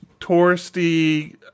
touristy